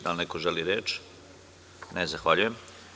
Da li neko želi reč? (Ne) Zahvaljujem.